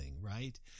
right